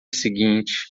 seguinte